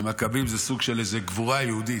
ומקבים זה איזה סוג של גבורה יהודית,